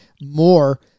more